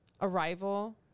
Arrival